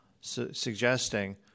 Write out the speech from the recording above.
suggesting